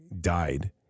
died